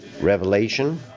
revelation